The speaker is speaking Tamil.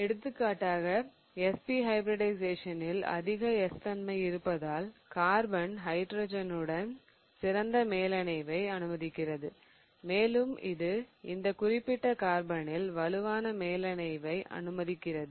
எடுத்துக்காட்டாக sp ஹைபிரிடிஷயேசனில் அதிக s தன்மை இருப்பதால் கார்பன் ஹைட்ரஜனுடன் சிறந்த மேலணைவை அனுமதிக்கிறது மேலும் இது இந்த குறிப்பிட்ட கார்பனில் வலுவான மேலணைவை அனுமதிக்கிறது